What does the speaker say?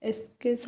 S K